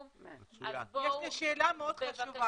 יש לי שאלה מאוד חשובה.